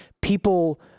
people